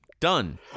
done